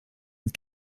and